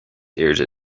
airde